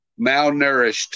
malnourished